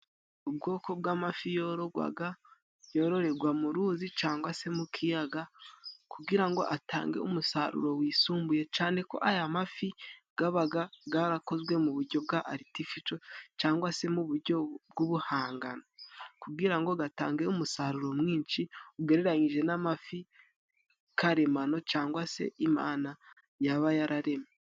Ubwoko bw'amafi yorogwaga yororegwa mu ruzi cangwa se mu kiyaga, kugira ngo atange umusaruro wisumbuye cane ko aya mafi gabaga garakozwe mu bujyo bwa aritifisho cangwa se mu bujyo bw'ubuhangano, kugira ngo gatange umusaruro mwinshi ugereranyije n'amafi karemano cangwa se Imana yaba yararemye.